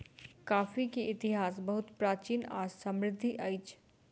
coffee के इतिहास बहुत प्राचीन आ समृद्धि अछि